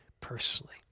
personally